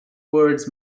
words